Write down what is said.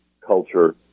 culture